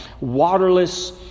waterless